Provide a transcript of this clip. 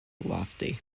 lofty